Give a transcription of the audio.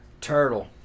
turtle